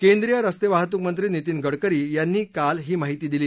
केंद्रीय रस्ते वाहतूक मंत्री नितीन गडकरी यांनी काल ही माहिती दिली